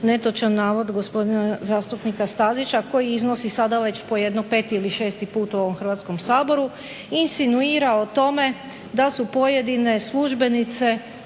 netočan navod gospodina zastupnika Stazića koji iznosi sada već po jedno peti ili šesti put u ovom Hrvatskom saboru i insinuira o tome da su pojedine službenice